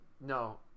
no